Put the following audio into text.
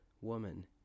Woman